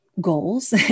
goals